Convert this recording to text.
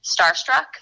starstruck